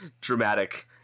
dramatic